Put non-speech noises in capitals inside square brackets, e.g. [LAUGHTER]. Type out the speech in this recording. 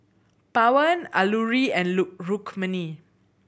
Pawan Alluri and [UNINTELLIGIBLE] Rukmini